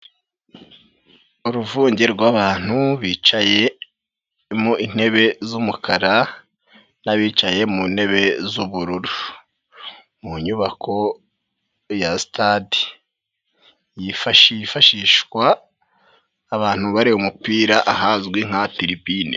Uruvunge rw'abantu bicaye mu ntebe z'umukara n'abicaye mu ntebe z'ubururu mu nyubako ya sitade yifashishwa abantu bareba umupira ahazwi nka tiribine.